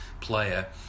player